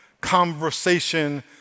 conversation